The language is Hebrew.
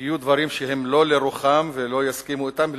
יהיו דברים שהם לא לרוחם ולא יסכימו אתם,